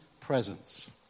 presence